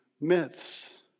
myths